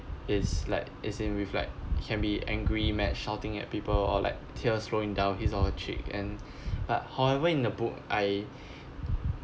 is like is in with like can be angry mad shouting at people or like tears rolling down his or her cheek and but however in the book I